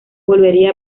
volvería